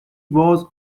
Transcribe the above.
was